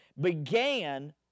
began